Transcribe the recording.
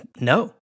no